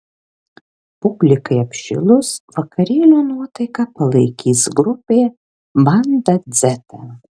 publikai apšilus vakarėlio nuotaiką palaikys grupė banda dzeta